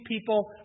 people